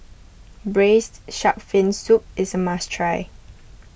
Braised Shark Fin Soup is a must try